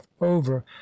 over